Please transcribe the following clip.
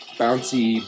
bouncy